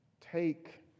take